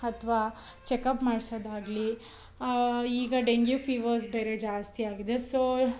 ಅಥವಾ ಚೆಕಪ್ ಮಾಡ್ಸೋದಾಗ್ಲಿ ಈಗ ಡೆಂಗ್ಯೂ ಫೀವರ್ಸ್ ಬೇರೆ ಜಾಸ್ತಿ ಆಗಿದೆ ಸೋ